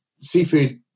seafood